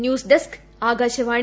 news desk Akashvani